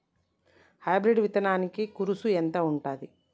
Hybrid విత్తనాలకి కరుసు ఎంత ఉంటది?